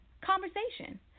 Conversation